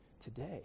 today